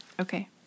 Okay